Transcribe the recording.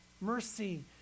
Mercy